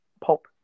pulp